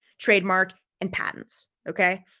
trademark, and patents. okay.